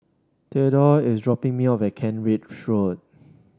Thedore is dropping me off at Kent Ridge Road